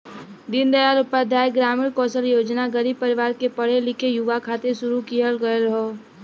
दीन दयाल उपाध्याय ग्रामीण कौशल योजना गरीब परिवार के पढ़े लिखे युवा खातिर शुरू किहल गयल हौ